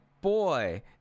boy